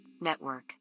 network